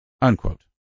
unquote